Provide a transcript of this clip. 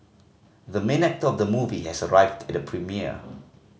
the main actor of the movie has arrived at the premiere